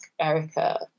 Erica